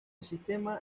sistema